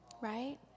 right